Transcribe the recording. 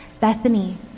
Bethany